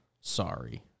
Sorry